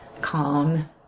calm